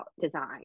design